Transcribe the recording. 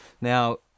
Now